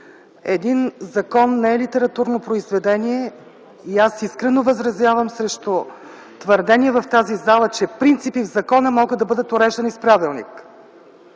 един закон не е литературно произведение и аз искрено възразявам срещу твърдения в тази зала, че принципи в закона могат да бъдат уреждани в правилник.